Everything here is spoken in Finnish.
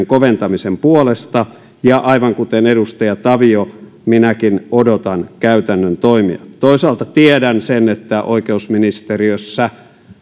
koventamisen puolesta ja aivan kuten edustaja tavio minäkin odotan käytännön toimia toisaalta tiedän sen että oikeusministeriössä